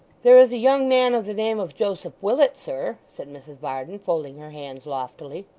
there is a young man of the name of joseph willet, sir said mrs varden, folding her hands loftily.